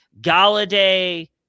Galladay